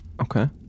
Okay